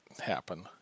happen